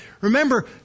Remember